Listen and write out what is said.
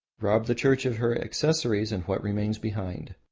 rob the church of her accessories and what remains behind?